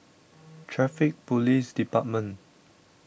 Traffic Police Department